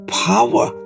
power